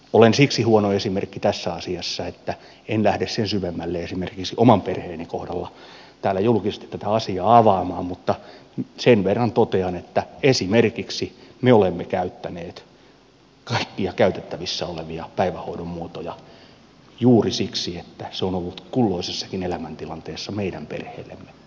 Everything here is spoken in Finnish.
olen siksi huono esimerkki tässä asiassa että en lähde sen syvemmälle esimerkiksi oman perheeni kohdalla täällä julkisesti tätä asiaa avaamaan mutta sen verran totean että esimerkiksi me olemme käyttäneet kaikkia käytettävissä olevia päivähoidon muotoja juuri siksi että se on ollut kulloisessakin elämäntilanteessa meidän perheellemme paras vaihtoehto